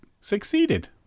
succeeded